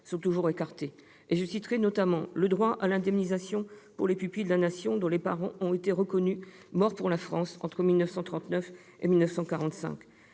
sont toujours insatisfaites. Je citerai notamment le droit à l'indemnisation pour les pupilles de la Nation dont les parents ont été reconnus « morts pour la France » entre 1939 et 1945.